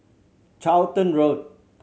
Charlton Road